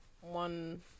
one